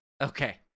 Okay